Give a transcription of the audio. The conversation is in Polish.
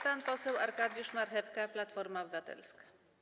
Pan poseł Arkadiusz Marchewka, Platforma Obywatelska.